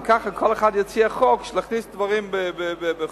אם כל אחד יציע חוק שנכניס דברים לסל,